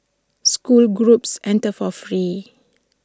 school groups enter for free